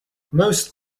most